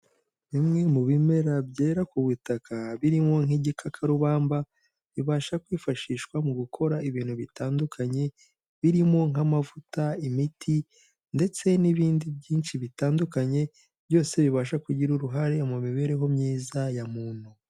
Bimwe mu bimera byera ku butaka birimo nk'igikakarubamba ibasha kwifashishwa mu gukora ibintu bitandukanye birimo nk'amavuta, imiti ndetse n'ibindi byinshi bitandukanye byose bibasha kugira uruhare mu mibereho myiza ya muntu.